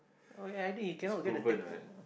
oh ya I think he cannot get the tactic